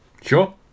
Sure